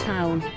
Town